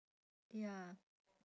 ya